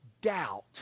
doubt